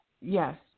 Yes